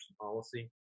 policy